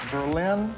Berlin